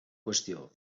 qüestió